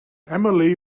emily